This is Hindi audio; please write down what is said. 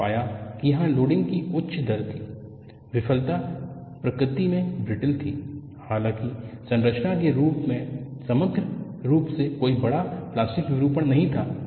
हमने पाया कि यहाँ लोडिंग की उच्च दर थी विफलता प्रकृति में ब्रिटल थी हालांकि संरचना के रूप में समग्र रूप से कोई बड़ा प्लास्टिक विरूपण नहीं था